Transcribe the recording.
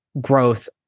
growth